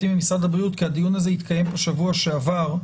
ומשרד הבריאות כי הדיון הזה התקיים בשבוע שעבר,